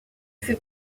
fut